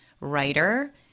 writer